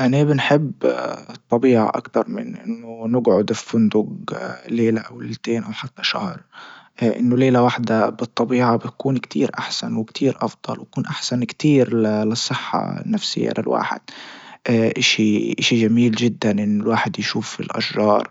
اني بنحب الطبيعة اكتر من انه نجعد بفندج ليلة او ليلتين او حتى شهر انه ليلة وحدة بالطبيعة بتكون كتير احسن وكتير افضل وتكون احسن كتير للصحة النفسية للواحد اشي اشي جميل جدا انه الواحد يشوف الاشجار